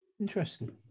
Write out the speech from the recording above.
Interesting